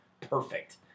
perfect